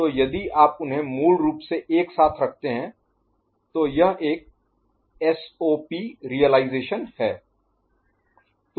तो यदि आप उन्हें मूल रूप से एक साथ रखते हैं तो यह एक SOP रियलाईजेशन है